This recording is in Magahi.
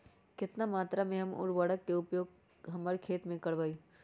कितना मात्रा में हम उर्वरक के उपयोग हमर खेत में करबई?